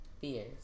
Fears